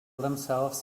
themselves